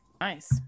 Nice